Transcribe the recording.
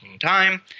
time